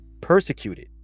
persecuted